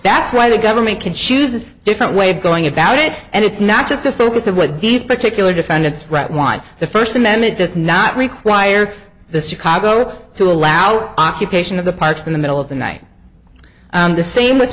that's why the government can choose a different way of going about it and it's not just a focus of what these particular defendants write why the first amendment does not require the congo to allow occupation of the parks in the middle of the night the same with